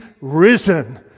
risen